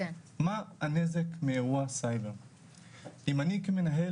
מה הנזק מאירוע סייבר- אם אני כמנהל,